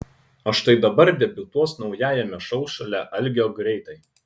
o štai dabar debiutuos naujajame šou šalia algio greitai